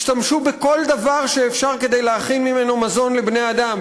השתמשו בכל דבר שאפשר כדי להכין ממנו מזון לבני-אדם.